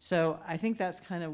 so i think that's kind of